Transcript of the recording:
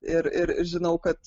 ir ir žinau kad